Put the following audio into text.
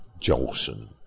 Jolson